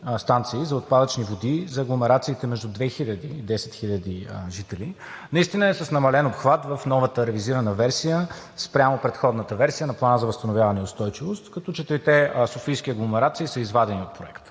станции за отпадъчни води за агломерациите между 2000 и 10 000 жители наистина е с намален обхват в новата ревизирана версия спрямо предходната версия на Плана за възстановяване и устойчивост, като четирите софийски агломерации са извадени от Проекта.